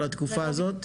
לתקופה הזו?